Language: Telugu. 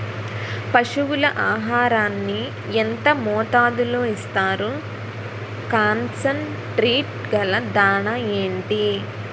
పశువుల ఆహారాన్ని యెంత మోతాదులో ఇస్తారు? కాన్సన్ ట్రీట్ గల దాణ ఏంటి?